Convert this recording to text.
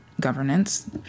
Governance